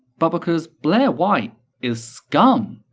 but because blaire white is scum.